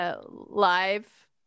live